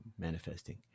manifesting